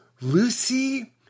Lucy